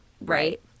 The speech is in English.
Right